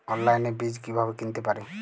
অনলাইনে বীজ কীভাবে কিনতে পারি?